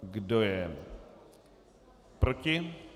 Kdo je proti?